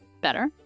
better